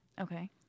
Okay